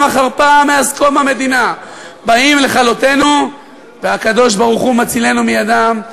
אחר פעם מאז קום המדינה באים לכלותנו והקדוש-ברוך-הוא מצילנו מידם.